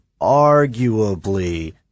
arguably